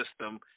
system